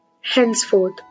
henceforth